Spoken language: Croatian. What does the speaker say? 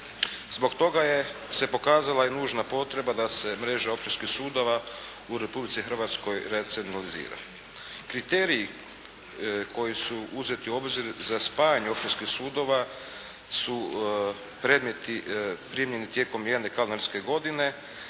Zbog toga je se pokazala i nužna potreba da se mreža općinskih sudova u Republici Hrvatskoj racionalizira. Kriteriji koji su uzeti u obzir za spajanje općinskih sudova su predmeti primljeni tijekom jedne kalendarske godine